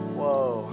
Whoa